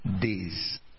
days